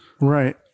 Right